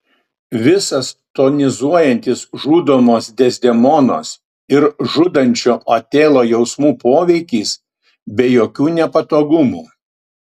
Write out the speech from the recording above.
visas tonizuojantis žudomos dezdemonos ir žudančio otelo jausmų poveikis be jokių nepatogumų